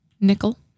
Nickel